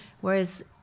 Whereas